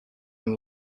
and